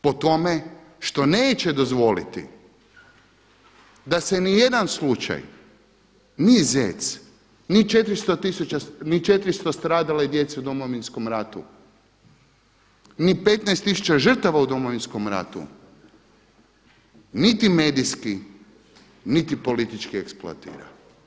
Po tome što neće dozvoliti da se ni jedan slučaj ni Zec ni 400 stradale djece u domovinskom ratu, ni 15 tisuća žrtava u Domovinskom ratu, niti medijski niti politički ne eksploatira.